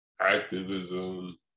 activism